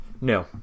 No